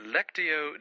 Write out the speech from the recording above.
Lectio